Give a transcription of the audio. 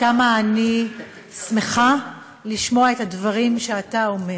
כמה אני שמחה לשמוע את הדברים שאתה אומר,